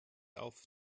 auf